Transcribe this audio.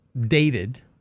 dated